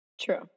true